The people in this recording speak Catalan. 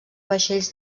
vaixells